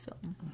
film